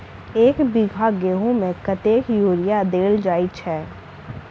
एक बीघा गेंहूँ मे कतेक यूरिया देल जाय छै?